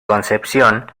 concepción